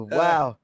wow